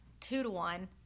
two-to-one